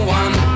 one